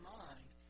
mind